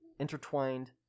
Intertwined